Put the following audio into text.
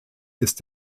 ist